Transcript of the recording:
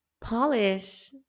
polish